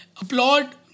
applaud